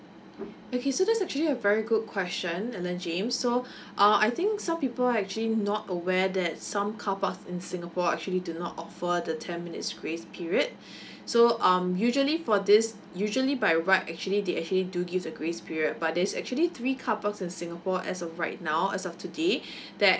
okay so that's actually a very good question alan james so I uh I think some people actually not aware that some carpark in singapore actually do not offer the ten minutes grace period so um usually for this usually by right actually they actually do give a grace period but there is actually three carpark in singapore as of right now as of today that